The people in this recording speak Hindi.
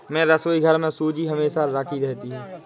मेरे रसोईघर में सूजी हमेशा राखी रहती है